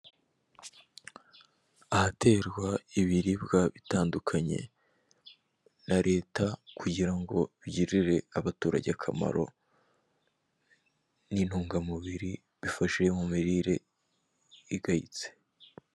Ahaterwa ibiribwa bitandukanye na leta kugira ngo bigirire abaturage akamaro n'intungamubiri bifashe mu mirire igayitse.